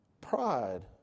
pride